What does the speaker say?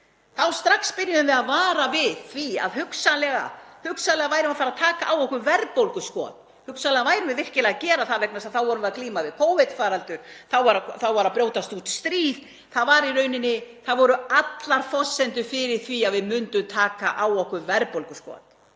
Þá strax byrjuðum við að vara við því að hugsanlega værum við að fara að taka á okkur verðbólguskot, hugsanlega værum við virkilega að gera það vegna þess að þá vorum við að glíma við Covid-faraldur, það var að brjótast út stríð. Það voru allar forsendur fyrir því að við myndum taka á okkur verðbólguskot.